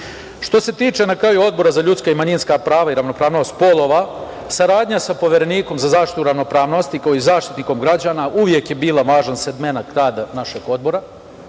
što se tiče Odbora za ljudska i manjinska prava i ravnopravnost polova saradnja sa Poverenikom za zaštitu ravnopravnosti, kao i Zaštitnikom građana uvek je bila važan segment rada našeg odbora.